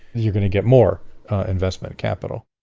you're going to get more investment capital.